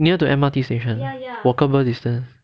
near to M_R_T station walkable distance